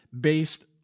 based